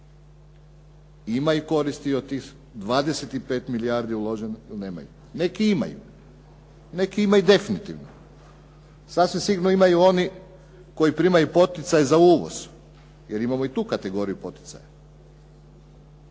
imaju koristi od 25 milijardi uloženih ili nemaju? Neki imaju, neki imaju definitivno. Sasvim sigurno imaju oni koji primaju poticaj za uvoz, jer imamo i tu kategoriju poticaja.